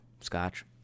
scotch